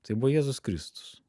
tai buvo jėzus kristus